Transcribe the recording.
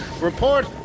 report